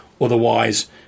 Otherwise